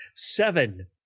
Seven